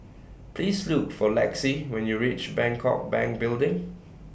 Please Look For Lexie when YOU REACH Bangkok Bank Building